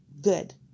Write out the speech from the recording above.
good